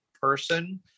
person